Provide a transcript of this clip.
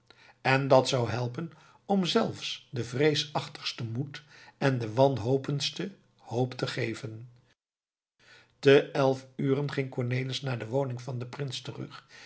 en dat zou helpen om zelfs den vreesachtigste moed en de wanhopendste hoop te geven te elf uren ging cornelis naar de woning van den prins terug